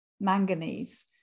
manganese